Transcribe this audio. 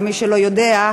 למי שלא יודע,